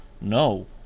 no